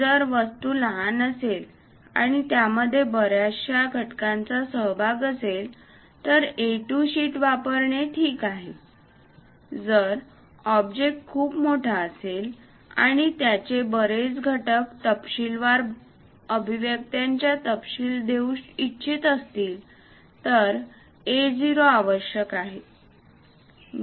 जर वस्तू लहान असेल आणि त्यामध्ये बर्याचशा घटकांचा सहभाग असेल तर A 2 शीट वापरणे ठीक आहे जर ऑब्जेक्ट खूप मोठा असेल आणि त्याचे बरेच घटक तपशीलवार अभिव्यक्त्यांचा तपशील देऊ इच्छित असतील तर A0 आवश्यक आहे